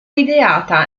ideata